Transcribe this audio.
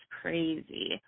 crazy